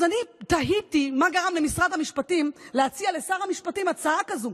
אז אני תהיתי מה גרם למשרד המשפטים להציע לשר המשפטים הצעה כזו,